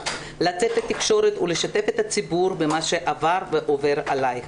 לצאת לתקשורת ולשתף את הציבור במה שעברת ועובר עליך.